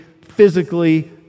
physically